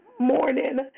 Morning